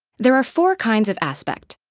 there are four kinds of aspect.